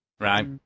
Right